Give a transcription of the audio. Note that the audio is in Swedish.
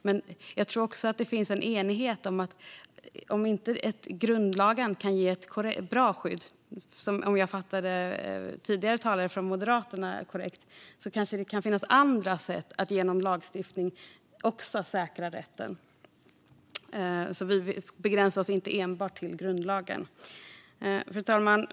Men om jag uppfattade den tidigare talaren från Moderaterna korrekt tror jag också att det finns en enighet om att det kanske kan finnas andra sätt att genom lagstiftning säkra rätten om inte grundlagen kan ge ett bra skydd. Vi begränsar oss alltså inte till grundlagen. Fru talman!